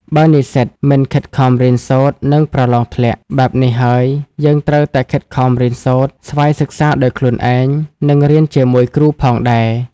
បើនិស្សិតមិនខិតខំរៀនសូត្រ នឹងប្រឡងធ្លាក់ បែបនេះហើយយើងត្រូវតែខិតខំរៀនសូត្រ ស្វ័យសិក្សាដោយខ្លួនឯង និងរៀនជាមួយគ្រូផងដែរ។